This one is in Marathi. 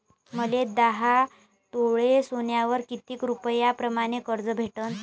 मले दहा तोळे सोन्यावर कितीक रुपया प्रमाण कर्ज भेटन?